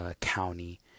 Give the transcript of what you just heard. County